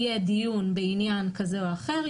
יהיה דיון בעניין כזה או אחר,